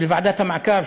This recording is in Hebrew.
של ועדת המעקב,